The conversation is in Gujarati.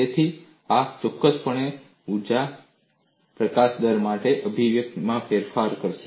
તેથી આ ચોક્કસપણે ઊર્જા પ્રકાશન દર માટે અભિવ્યક્તિમાં ફેરફાર કરશે